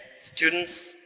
students